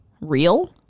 real